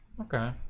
Okay